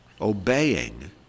obeying